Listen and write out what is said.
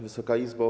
Wysoka Izbo!